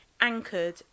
anchored